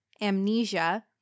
amnesia